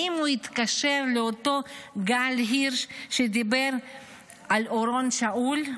האם הוא התקשר לאותו גל הירש כשדיבר על אורון שאול?